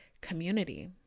community